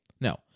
No